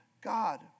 God